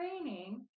training